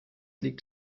liegt